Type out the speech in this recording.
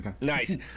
Nice